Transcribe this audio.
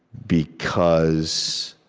because,